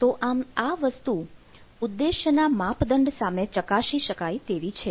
તો આમ આ વસ્તુ ઉદ્દેશ ના માપદંડ સામે ચકાસી શકાય તેવી છે